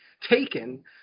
taken